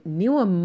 nieuwe